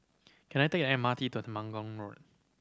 can I take the M R T to Temenggong Road